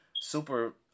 Super